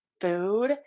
food